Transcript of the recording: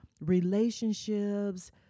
relationships